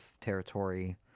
territory